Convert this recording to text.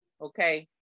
Okay